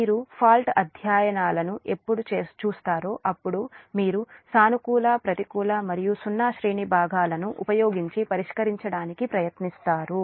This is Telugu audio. మీరు ఫాల్ట్ అధ్యయనాలను ఎప్పుడు చూస్తారో అప్పుడు మీరు సానుకూల ప్రతికూల మరియు సున్నా శ్రేణి భాగాలను ఉపయోగించి పరిష్కరించడానికి ప్రయత్నిస్తారు